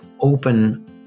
open